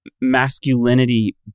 masculinity